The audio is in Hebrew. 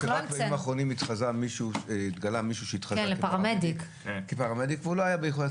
בימים האחרונים התגלה מישהו שהתחזה לפרמדיק והוא לא היה,